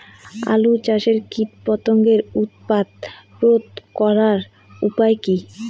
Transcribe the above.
আলু চাষের কীটপতঙ্গের উৎপাত রোধ করার উপায় কী?